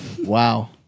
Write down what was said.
wow